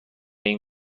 این